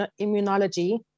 immunology